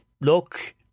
look